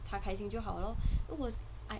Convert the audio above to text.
他开心就好咯